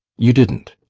you didn't?